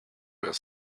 were